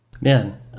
Man